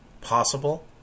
possible